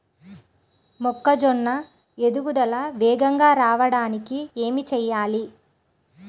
మొక్కజోన్న ఎదుగుదల వేగంగా రావడానికి ఏమి చెయ్యాలి?